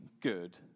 good